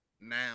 now